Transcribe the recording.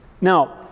Now